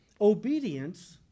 obedience